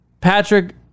Patrick